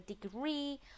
degree